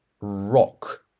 rock